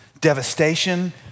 devastation